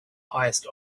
highest